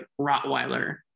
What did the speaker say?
Rottweiler